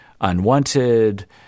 unwanted